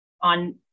on